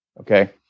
Okay